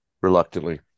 reluctantly